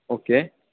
okay